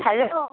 hello